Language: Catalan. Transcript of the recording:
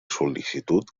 sol·licitud